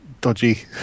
dodgy